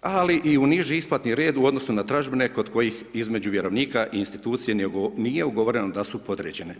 ali i u niži isplatni red u odnosu na tražbine kod kojih između vjerovnika i institucija nije ugovoreno da su podređene.